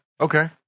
Okay